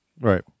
Right